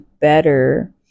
better